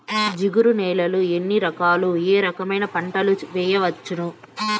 జిగురు నేలలు ఎన్ని రకాలు ఏ రకమైన పంటలు వేయవచ్చును?